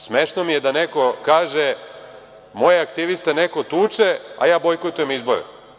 Smešno mi je da neko kaže – moje aktiviste neko tuče, a ja bojkotujem izbore.